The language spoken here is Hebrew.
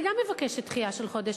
אני גם מבקשת דחייה של חודש.